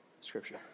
scripture